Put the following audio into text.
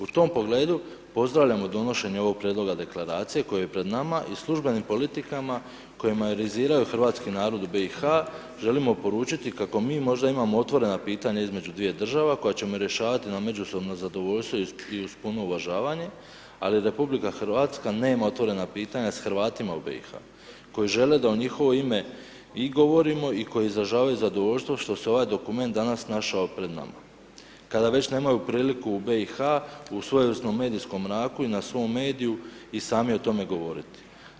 U tom pogledu, pozdravljamo donošenje ovog prijedloga Deklaracije koji je pred nama i službenim politikama ... hrvatski narod u BiH, želimo poručiti kako mi možda imamo otvorena pitanja između dviju država koja ćemo rješavati na međusobno zadovoljstvo i uz puno uvažavanje, ali Republika Hrvatska nema otvorena pitanja s Hrvatima u BiH koji žele da u njihovo ime i govorimo, i koji izražavaju zadovoljstvo što se ovaj dokument danas našao pred nama, kada već nemaju priliku u BiH u svojevrsnom medijskom mraku i na svom mediju, i sami o tome govoriti.